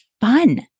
fun